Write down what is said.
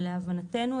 להבנתנו,